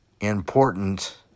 important